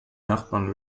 nachbarn